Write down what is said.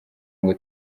ngo